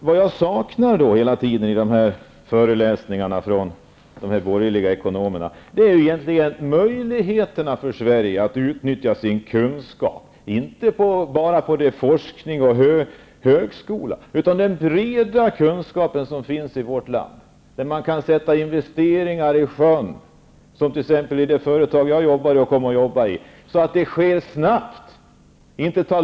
Vad jag hela tiden saknar i dessa föreläsningar från de borgerliga ekonomerna är möjligheterna för Sverige att utnyttja sin kunskap, inte bara när det gäller forskning och högskola, utan när det gäller den breda kunskap som finns i vårt land, som gör att man snabbt kan få i gång investeringar, t.ex. i det företag som jag har jobbat i och kommer att jobba i.